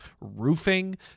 roofing